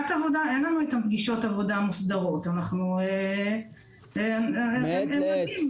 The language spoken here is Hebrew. אין לנו איתם פגישות עבודה מוסדרות אלא מעת לעת.